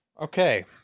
Okay